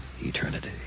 eternity